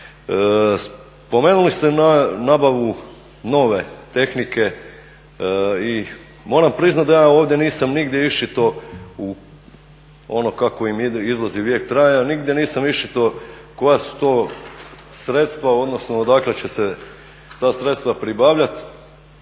Spomenuli ste nabavu nove tehnike i moram priznati da ja ovdje nisam nigdje iščitao ono kako im izlazi vijek trajanja, nigdje nisam iščitao koja su to sredstva odnosno odakle će se ta sredstva pribavljati.